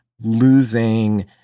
losing